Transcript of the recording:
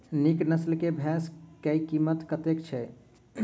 नीक नस्ल केँ भैंस केँ कीमत कतेक छै?